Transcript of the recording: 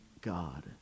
God